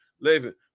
Listen